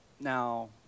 Now